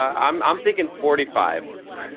um i'm thinking forty five.